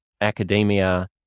academia